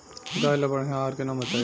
गाय ला बढ़िया आहार के नाम बताई?